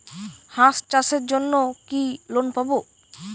হাঁস চাষের জন্য কি লোন পাব?